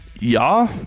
ja